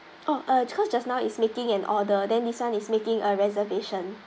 oh cause just now is making an order then this one is making a reservation